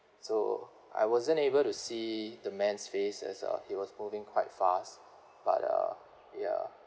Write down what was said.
so I wasn't able to see the man's face as uh he was moving quite fast but uh ya